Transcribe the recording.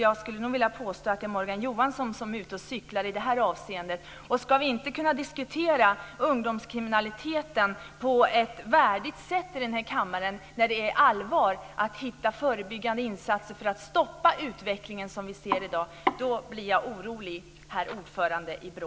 Jag skulle nog vilja påstå att det är Morgan Johansson som är ute och cyklar i det här avseendet. Ska vi inte kunna diskutera ungdomskriminaliteten på ett värdigt sätt här i kammaren när det är allvar att hitta förebyggande insatser för att stoppa den utveckling vi ser i dag? Det gör mig orolig, herr ordförande i BRÅ.